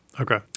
okay